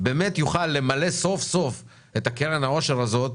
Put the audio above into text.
באמת יוכל למלא סוף סוף את קרן העושר הזאת.